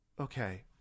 Okay